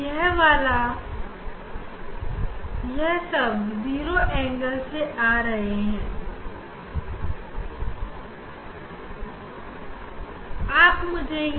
यह इसलिए सफेद है क्योंकि यह ग्रेटिंग के ऊपर 0 एंगल से गिरने वाले प्रकाश से बन रहा है